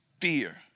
fear